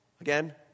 Again